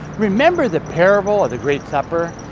remember the parable of the great supper?